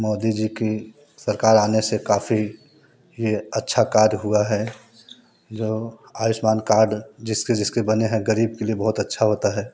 मोदी जी की सरकार आने से काफ़ी ये अच्छा कार्य हुआ है जो आयुषमान कार्ड जिसके जिसके बने हैं गरीब के लिए बहुत अच्छा होता है